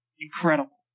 incredible